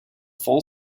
full